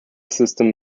system